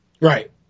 right